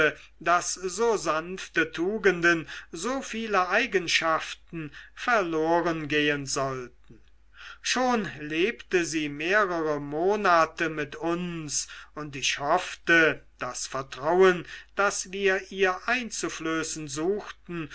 daß so sanfte tugenden so viele eigenschaften verlorengehen sollten schon lebte sie mehrere monate mit uns und ich hoffte das vertrauen das wir ihr einzuflößen suchten